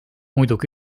muidugi